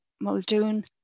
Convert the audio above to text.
muldoon